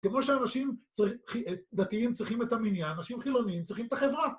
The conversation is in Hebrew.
כמו שאנשים דתיים צריכים את המניין, אנשים חילוניים צריכים את החברה.